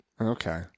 Okay